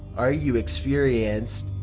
are you experienced.